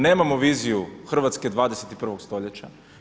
Nemamo viziju Hrvatsku 21. stoljeća.